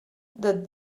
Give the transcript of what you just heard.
that